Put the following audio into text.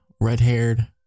red-haired